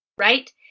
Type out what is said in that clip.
right